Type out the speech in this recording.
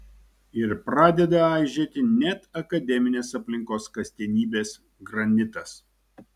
ir pradeda aižėti net akademinės aplinkos kasdienybės granitas